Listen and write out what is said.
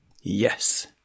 Yes